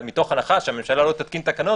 מתוך הנחה שהממשלה לא תתקין תקנות